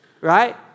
right